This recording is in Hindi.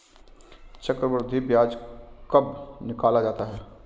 चक्रवर्धी ब्याज कब निकाला जाता है?